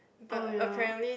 oh ya